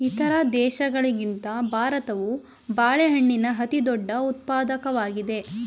ಇತರ ದೇಶಗಳಿಗಿಂತ ಭಾರತವು ಬಾಳೆಹಣ್ಣಿನ ಅತಿದೊಡ್ಡ ಉತ್ಪಾದಕವಾಗಿದೆ